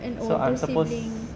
so I'm supposed